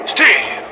Steve